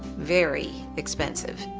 very expensive.